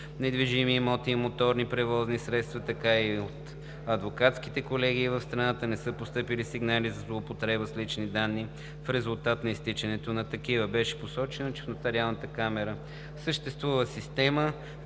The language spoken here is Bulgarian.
недвижими имоти и моторни превозни средства, така и от адвокатските колегии в страната не са постъпвали сигнали за злоупотреба с лични данни в резултат на изтичането на такива. Беше посочено, че в Нотариалната камара съществува система,